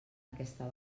aquesta